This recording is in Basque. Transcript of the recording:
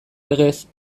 legez